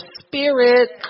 spirit